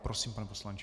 Prosím, pane poslanče.